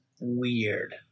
weird